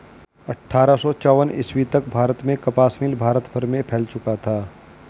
अट्ठारह सौ चौवन ईस्वी तक भारत में कपास मिल भारत भर में फैल चुका था